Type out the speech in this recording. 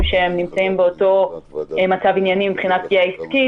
שנמצאים באותו מצב עניינים מבחינת הפגיעה העסקית,